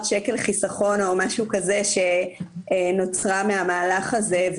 השקלים חיסכון או משהו כזה שנוצרה מהמהלך הזה.